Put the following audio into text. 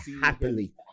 happily